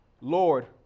Lord